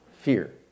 fear